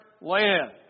land